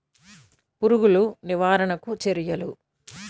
పురుగులు నివారణకు చర్యలు?